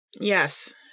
Yes